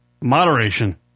Moderation